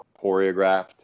choreographed